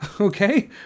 okay